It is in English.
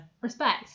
respect